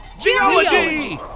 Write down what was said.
Geology